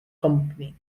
company